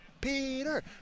Peter